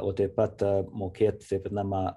o taip pat apmokėt taip vadinamą